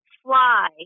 fly